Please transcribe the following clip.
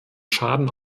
schaden